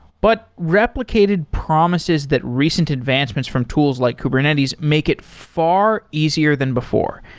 but replicated promises that recent advancements from tools like kubernetes make it far easier than before,